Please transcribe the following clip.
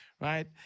Right